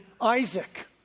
Isaac